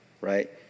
right